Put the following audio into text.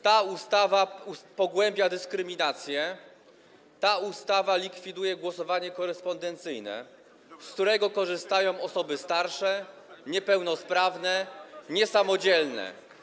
Ta ustawa pogłębia dyskryminację, ta ustawa likwiduje głosowanie korespondencyjne, z którego korzystają osoby starsze, niepełnosprawne, niesamodzielne.